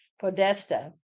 Podesta